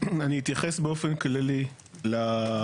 אני אתייחס באופן כללי למסגרת,